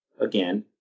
again